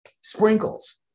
sprinkles